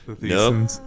No